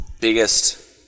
biggest